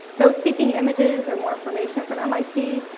those seeking images or more information from mit,